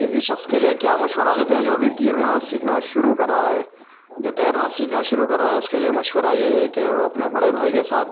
کسی شخص کے لیے کیا مشورہ دیتے ہیں جو ابھی تیرنا سیکھنا شروع کر رہا ہے جو تیرنا سیکھنا شروع کر رہا ہے اس کے لیے مشورہ یہ ہے کہ وہ اپنے بڑے بھائی کے ساتھ